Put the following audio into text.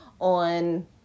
on